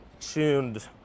tuned